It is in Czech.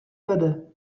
vede